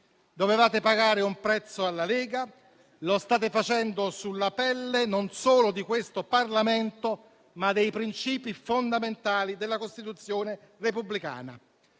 Dovevate pagare un prezzo alla Lega, lo state facendo sulla pelle non solo di questo Parlamento, ma dei principi fondamentali della Costituzione repubblicana.